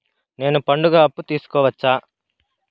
నేను పండుగ అప్పు తీసుకోవచ్చా?